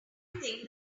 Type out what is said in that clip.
think